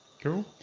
Cool